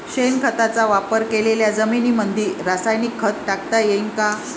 शेणखताचा वापर केलेल्या जमीनीमंदी रासायनिक खत टाकता येईन का?